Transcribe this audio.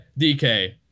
DK